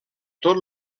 tot